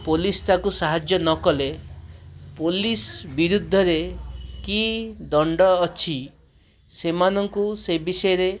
police ତାକୁ ସାହାଯ୍ୟ ନ କଲେ ପୋଲିସ ବିରୁଦ୍ଧରେ କି ଦଣ୍ଡ ଅଛି ସେମାନଙ୍କୁ ସେ ବିଷୟରେ